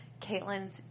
Caitlin's